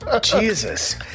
Jesus